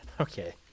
okay